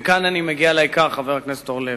וכאן אני מגיע לעיקר, חבר הכנסת אורלב.